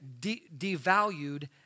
devalued